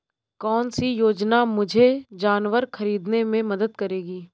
कौन सी योजना मुझे जानवर ख़रीदने में मदद करेगी?